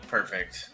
Perfect